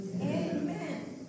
Amen